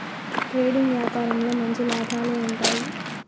trading యాపారంలో మంచి లాభాలే ఉంటాయి